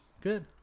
Good